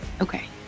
okay